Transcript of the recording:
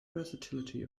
versatility